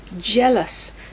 jealous